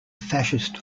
fascist